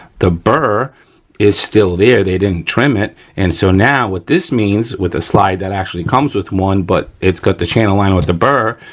the bur is still there. they didn't trim it and so now what this means, with a slide that actually comes with one, but it's got the channel line with the bur,